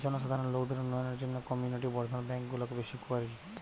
জনসাধারণ লোকদের উন্নয়নের জন্যে কমিউনিটি বর্ধন ব্যাংক গুলো বেশ উপকারী